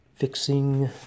Fixing